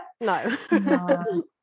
No